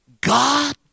God